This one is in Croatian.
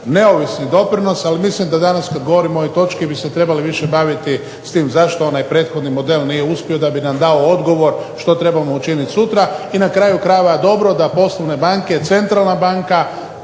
neovisni doprinos. Ali mislim da danas kad govorimo o ovoj točki bi se trebali više baviti s tim zašto onaj prethodni model nije uspio da bi nam dao odgovor što trebamo učiniti sutra i na kraju krajeva je dobro da poslovne banke, centralna banka